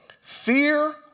fear